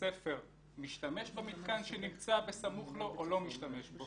הספר משתמש במתקן שנמצא בסמוך לו או לא משתמש בו?